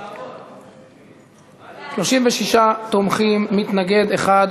36 תומכים, מתנגד אחד.